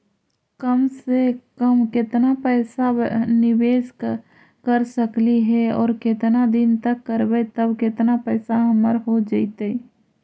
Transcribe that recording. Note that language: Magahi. कम से कम केतना पैसा निबेस कर सकली हे और केतना दिन तक करबै तब केतना पैसा हमर हो जइतै?